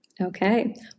Okay